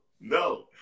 no